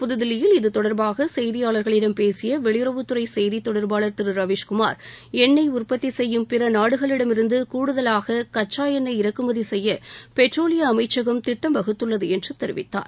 புதுதில்லியில் இது தொடர்பாக செய்தியாளர்களிடம் பேசிய வெளியுறவுத்துறை செய்தித் தொடர்பாளர் திரு ரவீஸ் குமார் எண்ணெய் உற்பத்தி செய்யும் பிற நாடுகளிடமிருந்து கூடுதவாக கச்சா என்னெய் இறக்குமதி செய்ய பெட்ரோலிய அமைச்சகம் திட்டம் வகுத்துள்ளது என்று தெரிவித்தார்